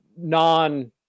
non-